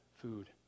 food